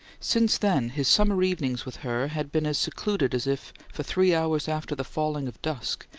since then, his summer evenings with her had been as secluded as if, for three hours after the falling of dusk,